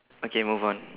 okay move on